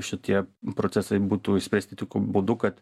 šitie procesai būtų išspręsti tokiu būdu kad